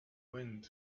wind